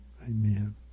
Amen